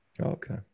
Okay